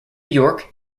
york